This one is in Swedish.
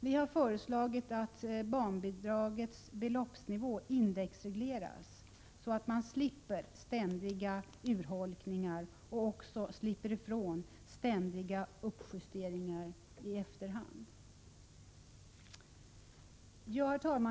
Vidare har vi föreslagit att barnbidragets beloppsnivå indexregleras, så att man slipper ständiga urholkningar och ständiga uppjusteringar i efterhand. Herr talman!